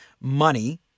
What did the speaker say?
money